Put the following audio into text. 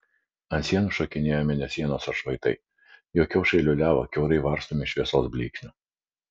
ant sienų šokinėjo mėnesienos atšvaitai jo kiaušai liūliavo kiaurai varstomi šviesos blyksnių